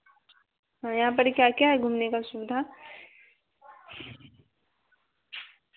हाँ यहाँ पर क्या क्या है घूमने का सुविधा